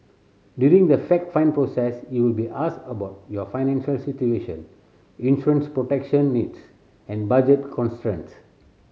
during the fact find process you will be asked about your financial situation insurance protection needs and budget constraints